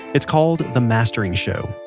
it's called the mastering show.